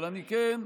אבל אני כן,